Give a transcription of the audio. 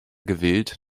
gewillt